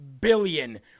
billion